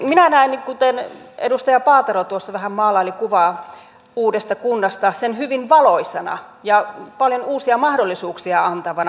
minä näen kuten edustaja paatero tuossa vähän maalaili kuvaa uudesta kunnasta sen hyvin valoisana ja paljon uusia mahdollisuuksia antavana